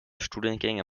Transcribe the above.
studiengänge